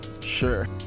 Sure